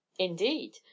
Indeed